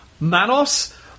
Manos